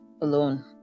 alone